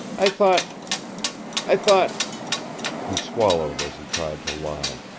i thought i thought he swallowed as he tried to lie.